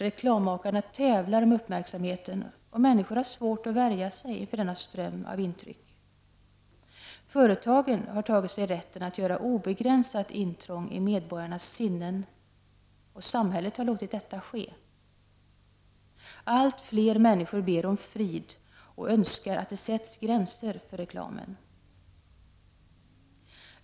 Reklammakarna tävlar om uppmärksamheten och människor har svårt att värja sig inför denna ström av intryck. Företagen har tagit sig rätten att göra obegränsat intrång i medborgarnas sinnen och samhället har låtit detta ske. Allt fler människor ber om frid och önskar att det sätts gränser för reklamen.